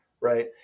Right